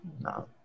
no